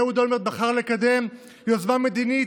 אהוד אולמרט בחר לקדם יוזמה מדינית,